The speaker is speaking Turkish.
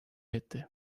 etti